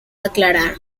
aclarar